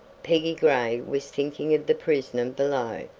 peggy gray was thinking of the prisoner below.